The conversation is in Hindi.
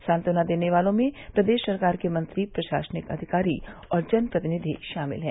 सांत्वना देने वालों में प्रदेश सरकार के मंत्री प्रशासनिक अधिकारी और जन प्रतिनिधि शामिल हैं